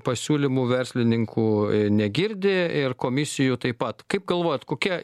pasiūlymų verslininkų negirdi ir komisijų taip pat kaip galvojat kokia